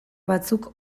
batzuk